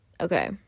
Okay